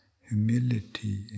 humility